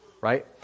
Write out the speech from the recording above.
right